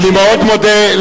אני מודה.